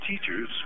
teachers